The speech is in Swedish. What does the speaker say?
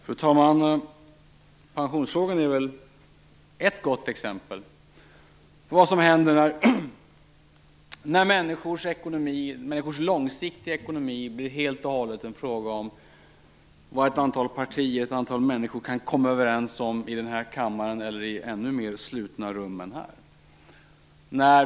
Fru talman! Pensionsfrågan är ett gott exempel på vad som händer när människors långsiktiga ekonomi blir helt och hållet en fråga om vad ett antal partier och ett antal människor kan komma överens om i denna kammare eller i ännu mer slutna rum än detta.